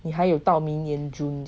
你还有到明年 june